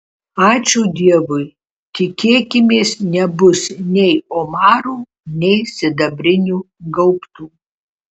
ačiū dievui tikėkimės nebus nei omarų nei sidabrinių gaubtų